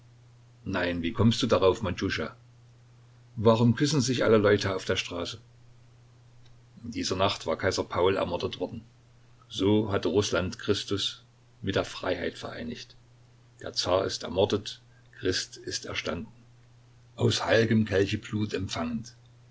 nein wie kommst du darauf matjuscha warum küssen sich alle leute auf der straße in dieser nacht war kaiser paul ermordet worden so hatte rußland christus mit der freiheit vereinigt der zar ist ermordet christ ist erstanden aus heil'gem kelche blut empfangend